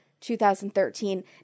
2013